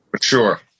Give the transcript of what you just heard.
Sure